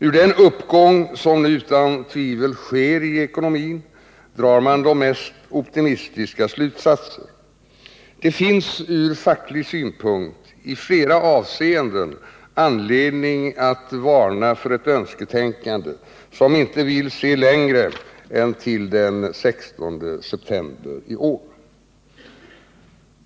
Ur den uppgång som nu utan tvivel sker i ekonomin drar man de mest optimistiska slutsatser. Det finns från facklig synpunkt i flera avseenden anledning att varna för ett önsketänkande som inte vill se längre än till den 16 september i år.